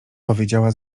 powiedziała